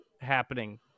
happening